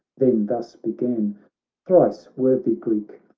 then thus began thrice worthy greek,